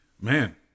man